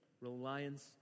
reliance